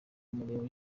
mureba